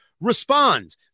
respond